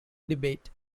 debate